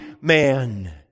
man